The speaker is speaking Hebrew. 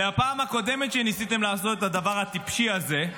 בפעם הקודמת שניסיתם לעשות את הדבר הטיפשי הזה,